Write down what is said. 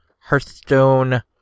Hearthstone